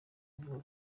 avuga